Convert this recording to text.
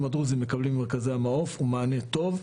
הדרוזיים מקבלים במרכזי ה"מעוף" הוא מענה טוב,